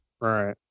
Right